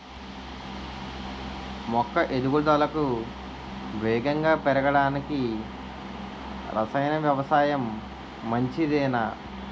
మొక్క ఎదుగుదలకు వేగంగా పెరగడానికి, రసాయన వ్యవసాయం మంచిదేనా?